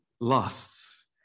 lusts